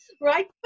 right